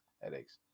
headaches